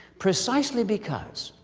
precisely because